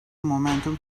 momentum